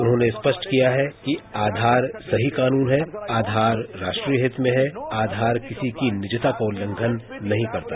उन्होंने स्पष्ट किया है कि आधार सही कानून है आधार राष्ट्रीय हित में है आधार किसी की निजता का उल्लंघन नही करता